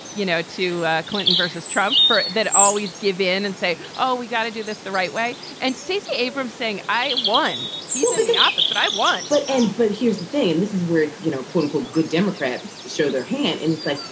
you know, to clinton versus trump for that. always give in and say, oh, we've got to do this the right way. and stacey abrams saying, i won the office, but i won but and but here's the thing. and this is where, you know, quote unquote, good democrats show their hand and say,